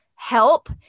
help